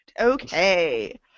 Okay